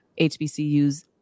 HBCUs